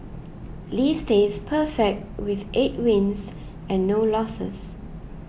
lee stays perfect with eight wins and no losses